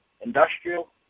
industrial